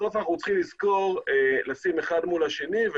בסוף אנחנו צריכים לשים אחד מול השני.